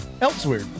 elsewhere